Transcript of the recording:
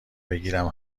بگیرم